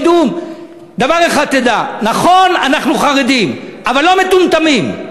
דבר אחד תדע: נכון, אנחנו חרדים, אבל לא מטומטמים.